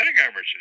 averages